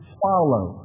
follow